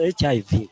HIV